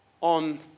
on